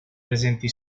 presenti